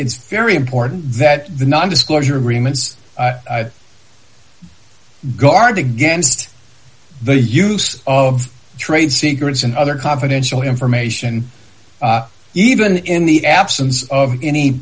it's very important that the non disclosure agreements guard against the use of trade secrets and other confidential information even in the absence of any